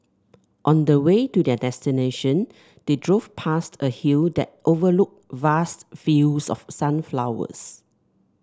on the way to their destination they drove past a hill that overlooked vast fields of sunflowers